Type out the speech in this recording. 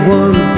one